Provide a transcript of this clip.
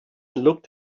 looked